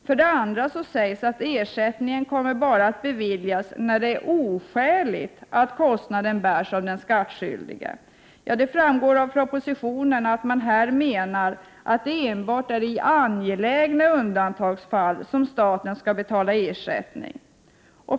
För det andra sägs att ersättning kommer att beviljas bara när det ”är oskäligt att kostnaden bärs av den skattskyldige”. Det framgår av propositionen att man här menar att det enbart är i angelägna undantagsfall som staten skall betala ersättning.